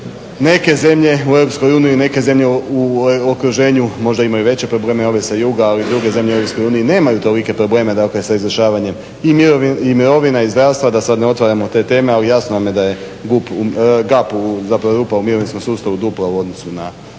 Neke zemlje u EU, neke zemlje u okruženju možda imaju veće probleme, ove sa juga, ali druge zemlje u EU nemaju tolike probleme sa izvršavanjem i mirovina i zdravstva da sada ne otvaramo te teme ali jasno vam je da je GAP rupa u mirovinskom sustavu dupla u odnosu na